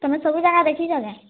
ତମେ ସବୁ ଜାଗା ଦେଖିଚ କେଁ